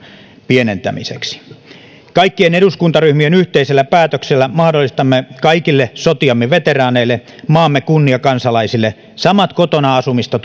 pienentämiseksi kaikkien eduskuntaryhmien yhteisellä päätöksellä mahdollistamme kaikille sotiemme veteraaneille maamme kunniakansalaisille samat kotona asumista